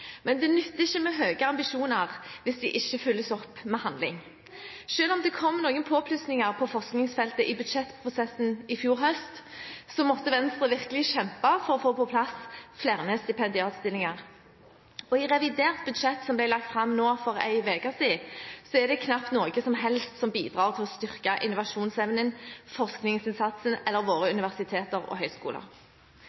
men det nytter ikke med høye ambisjoner hvis de ikke følges opp med handling. Selv om det kom noen påplussinger på forskningsfeltet i budsjettprosessen i fjor høst, måtte Venstre virkelig kjempe for å få på plass flere stipendiatstillinger. I revidert budsjett, som ble lagt fram for en uke siden, er det knapt noe som helst som bidrar til å styrke innovasjonsevnen, forskningsinnsatsen eller våre